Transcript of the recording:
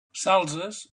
salses